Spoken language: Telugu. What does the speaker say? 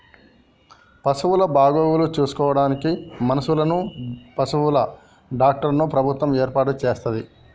పశువుల బాగోగులు చూసుకోడానికి మనుషులను, పశువుల డాక్టర్లను ప్రభుత్వం ఏర్పాటు చేస్తది